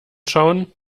schauen